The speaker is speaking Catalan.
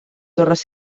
torres